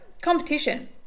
competition